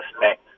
respect